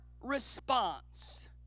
response